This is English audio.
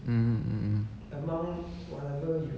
mm mm mm mm